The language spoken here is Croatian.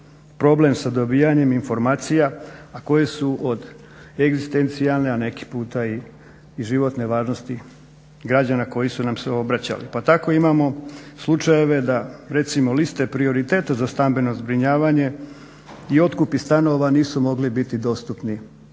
problem sa dobivanjem informacija, a koje su od egzistencijalne, a neki puta i životne važnosti građana koji su nam se obraćali. Pa tako imamo slučajeva da recimo liste prioriteta za stambeno zbrinjavanje i otkupi stanova nisu mogli biti dostupni